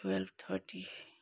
twelve thirty